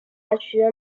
大学